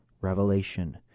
revelation